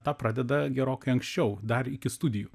tą pradeda gerokai anksčiau dar iki studijų